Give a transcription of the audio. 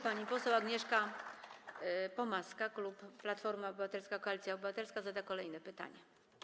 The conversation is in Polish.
Pani poseł Agnieszka Pomaska, klub Platforma Obywatelska - Koalicja Obywatelska, zada kolejne pytanie.